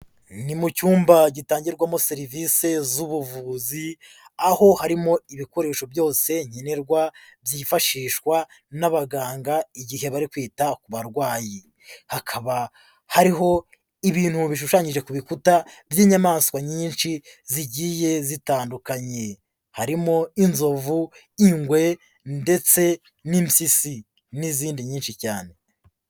Ni mu cyumba gitangirwamo serivisi z'ubuvuzi, aho harimo ibikoresho byose nkenerwa byifashishwa n'abaganga igihe bari kwita ku barwayi. Hakaba hariho ibintu bishushanyije ku bikuta by'inyamaswa nyinshi zigiye zitandukanye. Harimo inzovu, ingwe ndetse n'impyisi, n'izindi nyinshi cyane.